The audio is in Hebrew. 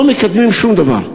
לא מקדמים שום דבר.